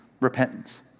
Repentance